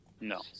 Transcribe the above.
No